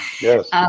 Yes